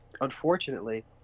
unfortunately